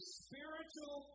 spiritual